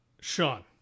Sean